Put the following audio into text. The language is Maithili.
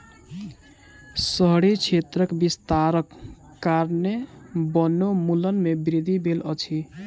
शहरी क्षेत्रक विस्तारक कारणेँ वनोन्मूलन में वृद्धि भेल अछि